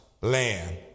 land